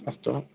अस्तु